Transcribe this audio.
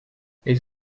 les